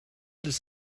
des